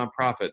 nonprofit